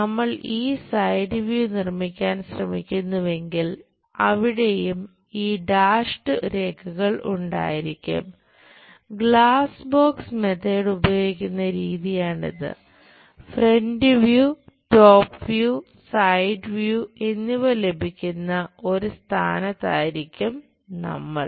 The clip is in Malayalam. നമ്മൾ ഈ സൈഡ് വ്യൂ എന്നിവ ലഭിക്കുന്ന ഒരു സ്ഥാനത്തായിരിക്കും നമ്മൾ